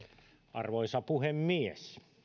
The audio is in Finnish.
arvoisa puhemies